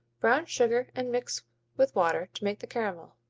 brown sugar and mix with water to make the caramel.